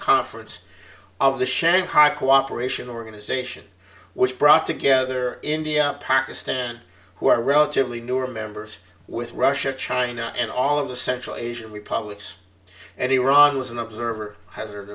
conference of the shanghai cooperation organization which brought together india pakistan who are relatively newer members with russia china and all of the central asian republics and iran was an observer hazard